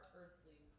earthly